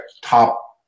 top